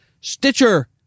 Stitcher